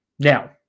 Now